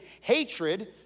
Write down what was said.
hatred